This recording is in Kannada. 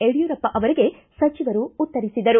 ಯಡ್ಗೂರಪ್ಪ ಅವರಿಗೆ ಸಚಿವರು ಉತ್ತರಿಸಿದರು